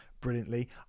brilliantly